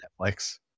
Netflix